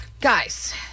Guys